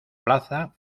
plaza